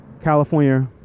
California